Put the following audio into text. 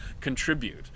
contribute